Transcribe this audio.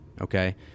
okay